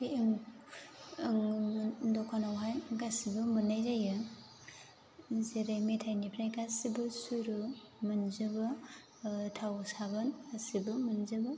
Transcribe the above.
बे ओं आं दखानावहाय गासिबो मोन्नाय जायो जेरै मेथायनिफ्राय गासिबो सुरु मोनजोबो थाव साबोन गासिबो मोनजोबो